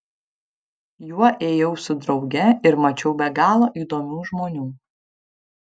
juo ėjau su drauge ir mačiau be galo įdomių žmonių